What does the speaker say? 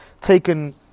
taken